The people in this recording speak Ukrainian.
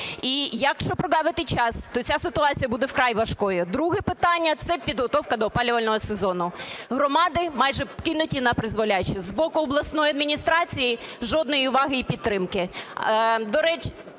І, якщо проґавити час, то ця ситуація буде вкрай важкою. Друге питання – це підготовка до опалювального сезону. Громади майже кинуті напризволяще. З боку обласної адміністрації жодної уваги і підтримки,